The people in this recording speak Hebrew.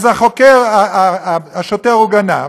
אז השוטר הוא גנב,